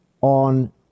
on